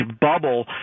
bubble